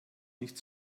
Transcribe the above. nicht